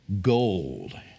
gold